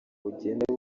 bugenda